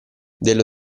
dello